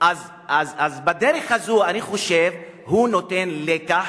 אז בדרך הזאת, אני חושב, הוא נותן לקח,